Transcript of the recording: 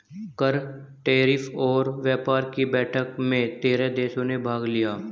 कर, टैरिफ और व्यापार कि बैठक में तेरह देशों ने भाग लिया